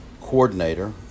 Coordinator